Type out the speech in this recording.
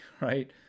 right